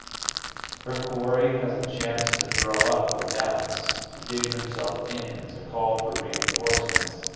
her quarry has a chance to throw up redoubts, to dig himself in, to call for reinforcements,